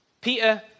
Peter